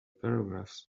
paragraphs